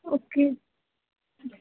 okay